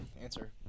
Answer